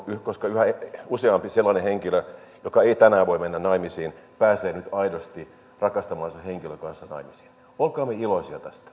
koska yhä useampi sellainen henkilö joka ei tänään voi mennä naimisiin pääsee nyt aidosti rakastamansa henkilön kanssa naimisiin olkaamme iloisia tästä